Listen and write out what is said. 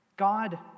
God